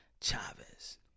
Chavez